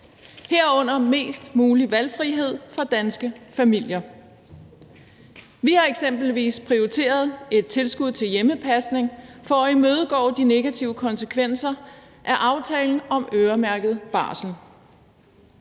herunder mest mulig valgfrihed for danske familier. Vi har eksempelvis prioriteret et tilskud til hjemmepasning for at imødegå de negative konsekvenser af aftalen om øremærket barsel.